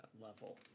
level